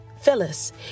Phyllis